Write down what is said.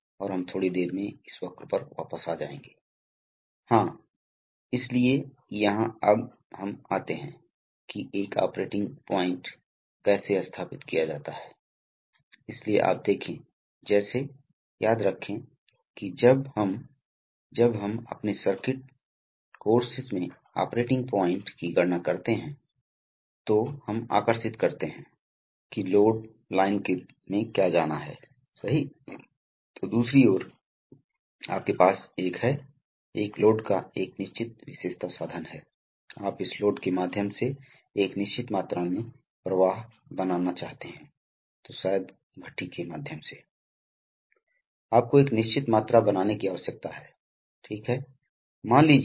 तो हम बुनियादी तत्वों को देखते हैं एक न्यूमेटिक्स प्रणाली में बुनियादी उपकरण इसलिए हम कंप्रेसर से शुरू करते हैं इसलिए यह कंप्रेसर A है फिर कंप्रेसर के बाद आपके पास एक आपके पास कभी कभी एक चेक वाल्व B होता है तो आपके पास एक संचयकर्ता या संपीड़ित हवा का रिजर्वायर है प्रतिक्रिया की गति में सुधार करने के लिए न्यूमेटिक्स प्रणालियों में यह बहुत आवश्यक है जैसा कि हम चर्चा करेंगे